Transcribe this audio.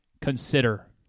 Consider